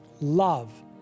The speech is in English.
love